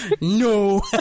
No